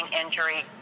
injury